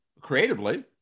creatively